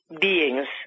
beings